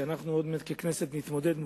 שאנחנו עוד מעט ככנסת נתמודד מולו,